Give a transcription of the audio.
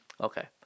Okay